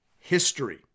history